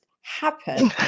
happen